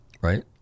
Right